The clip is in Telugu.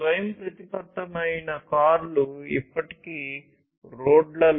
స్వయంప్రతిపత్తమైన కార్లు ఇప్పటికే రోడ్లలో